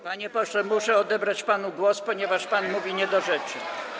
Panie pośle, muszę odebrać panu głos, ponieważ pan mówi nie do rzeczy.